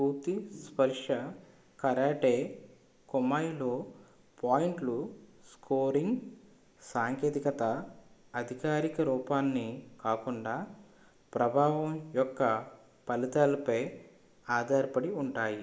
పూర్తి స్పర్శ కరాటే కుమైలో పాయింట్లు స్కోరింగ్ సాంకేతికత అధికారిక రూపాన్ని కాకుండా ప్రభావం యొక్క ఫలితాలపై ఆధారపడి ఉంటాయి